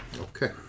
Okay